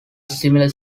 similar